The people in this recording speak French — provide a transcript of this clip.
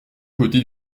côté